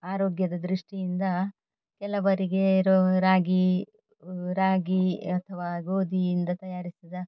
ಆರೋಗ್ಯದ ದೃಷ್ಟಿಯಿಂದ ಕೆಲವರಿಗೆ ರೊ ರಾಗಿ ರಾಗಿ ಅಥವಾ ಗೋಧಿಯಿಂದ ತಯಾರಿಸಿದ